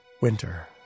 Winter